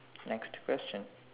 next question